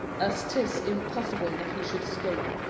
as tis impossible that he should scape,